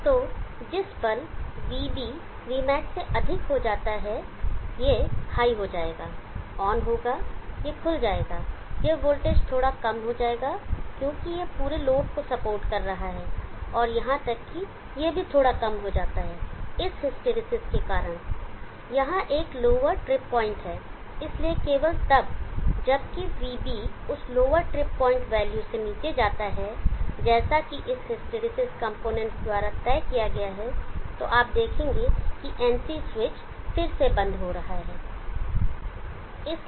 तो जिस पल vB vmax से अधिक हो जाता है यह हाई हो जाएगा ऑन होगा यह खुल जाएगा यह वोल्टेज थोड़ा कम हो जाएगा क्योंकि यह पूरे लोड को सपोर्ट कर रहा है और यहां तक कि यह भी थोड़ा कम हो जाता है इस हिस्टैरिसीस के कारण यहां एक लोवर ट्रिप पॉइंट है इसलिए केवल तब जबकि vB उस लोअर ट्रिप पॉइंट वैल्यू से नीचे जाता है जैसा कि इस हिस्टैरिसीस कॉम्पोनेंट्स द्वारा तय किया गया है तो आप देखेंगे की NC स्विच फिर से बंद हो रहा है